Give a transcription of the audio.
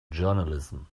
journalism